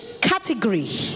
category